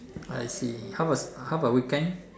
I see how about how about weekend